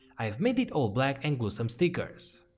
i've made it all black and glued some stickers